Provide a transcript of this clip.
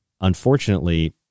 unfortunately